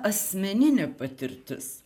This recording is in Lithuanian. asmeninė patirtis